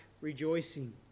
rejoicing